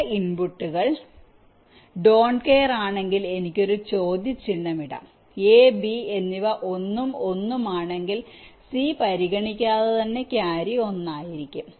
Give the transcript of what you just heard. ചില ഇൻപുട്ടുകൾ don't care ആണെങ്കിൽ എനിക്ക് ഒരു ചോദ്യചിഹ്നം ഇടാം a b എന്നിവ 1 ഉം 1 ഉം ആണെങ്കിൽ c പരിഗണിക്കാതെ തന്നെ ക്യാരി 1 ആയിരിക്കും